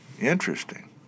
interesting